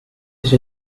ich